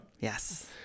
Yes